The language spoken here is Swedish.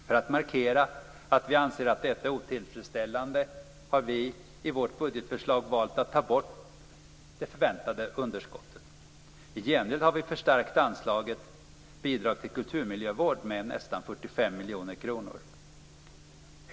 För att markera att vi anser att detta är otillfredsställande har vi i vårt budgetförslag valt att ta bort det förväntade underskottet. I gengäld har vi förstärkt anslaget Bidrag till kulturmiljövård med nästan 45 miljoner kronor.